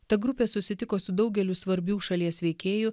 ta grupė susitiko su daugeliu svarbių šalies veikėjų